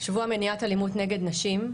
שבוע מניעת אלימות נגד נשים,